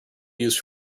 used